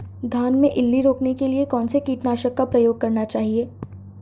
धान में इल्ली रोकने के लिए कौनसे कीटनाशक का प्रयोग करना चाहिए?